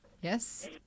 Yes